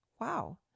Wow